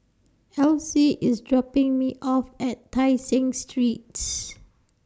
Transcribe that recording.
Alcee IS dropping Me off At Tai Seng Street